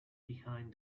behind